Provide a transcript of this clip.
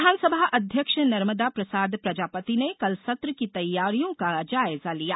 विधानसभा अध्यक्ष नर्मदा प्रसाद प्रजापति ने कल सत्र की तैयारियां का जायजा लिया